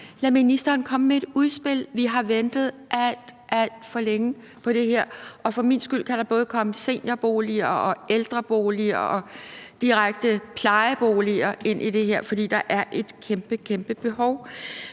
Lad ministeren komme med et udspil. Vi har ventet alt, alt for længe på det her, og for min skyld kan der både komme seniorboliger, ældreboliger og direkte plejeboliger ind i det her, for der er et kæmpe, kæmpe behov.